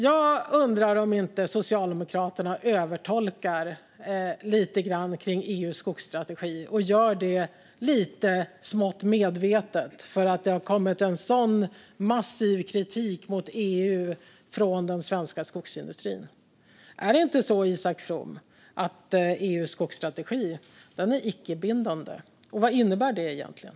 Jag undrar om inte Socialdemokraterna övertolkar EU:s skogsstrategi lite grann och gör det smått medvetet för att det har kommit en sådan massiv kritik mot EU från den svenska skogsindustrin. Är det inte så, Isak From, att EU:s skogsstrategi är icke bindande? Och vad innebär det egentligen?